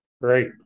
Great